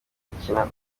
gukina